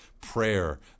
prayer